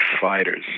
fighters